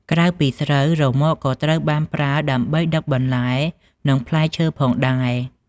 ក្រៅពីស្រូវ រ៉ឺម៉កក៏ត្រូវបានប្រើដើម្បីដឹកបន្លែនិងផ្លែឈើផងដែរ។